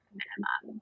minimum